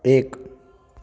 एक